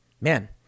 man